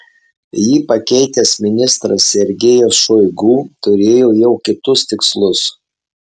jį pakeitęs ministras sergejus šoigu turėjo jau kitus tikslus